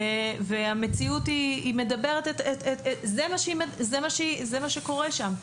ובמציאות זה מה שקורה שם.